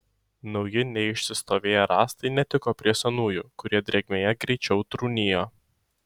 nauji neišsistovėję rąstai netiko prie senųjų kurie drėgmėje greičiau trūnijo